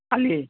কালি